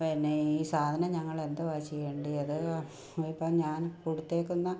പിന്നെ ഈ സാധനം ഞങ്ങളെന്തുവാണ് ചെയ്യേണ്ടിയത് ഇത് ഇപ്പം ഞാൻ കൊടുത്തേക്കുന്ന